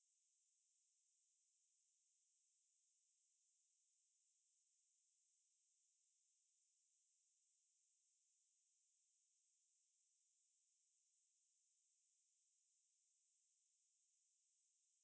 orh இல்லை சும்மா:illai summa project க்கு போகலாம்னு போனேன்:kku pokalaamnu ponen lah project meeting because uh all of our my project groups lah all staying different different places so like damn hard to find a place to meet also so we wanted to go to err school and meet in school lah